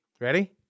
Ready